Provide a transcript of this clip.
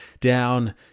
down